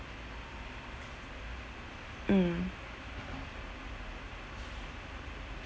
mm